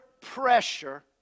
pressure